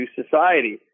society